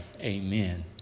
amen